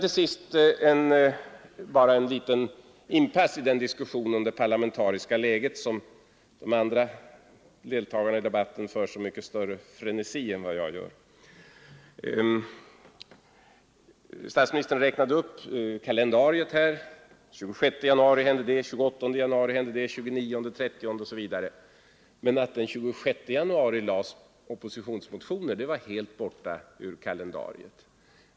Till sist ett litet inpass i den diskussion om det parlamentariska läget som de andra deltagarna i debatten för med så mycket större frenesi än vad jag gör. Statsministern läste upp kalendariet: den 26 januari hände det, den 28 januari hände det, den 29 januari, den 30 januari osv. Men att den 26 januari väcktes oppositionsmotioner var helt borta ur kalendariet.